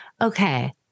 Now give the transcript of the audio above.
okay